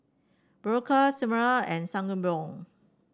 Berocca Cetrimide and Sangobion